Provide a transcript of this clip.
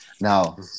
Now